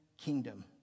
kingdom